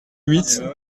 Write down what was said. huit